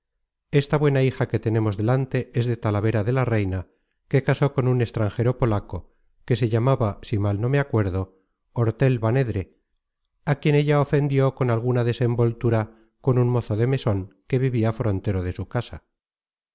esta buena hija que tenemos delante es de talavera de la reina que casó con un extranjero polaco que se llamaba si mal no me acuerdo ortel banedre á quien ella ofendió con alguna desenvoltura con un mozo de meson que vivia frontero de su casa